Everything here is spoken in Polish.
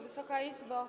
Wysoka Izbo!